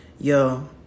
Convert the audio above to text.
Yo